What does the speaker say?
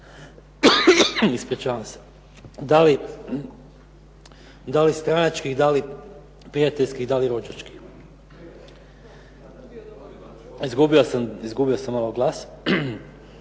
simpatija da li stranački, da li prijateljski, da li rođački. Izgubio sam malo glas.